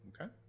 okay